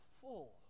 full